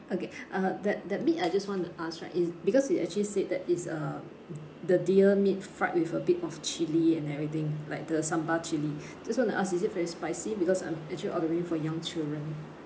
okay uh that that meat I just want to ask right is because you actually said that is uh the deer meat fried with a bit of chilli and everything like the sambal chilli just want to ask is it very spicy because I'm actually ordering for young children